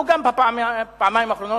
או גם בפעמיים האחרונות,